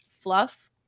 fluff